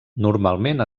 normalment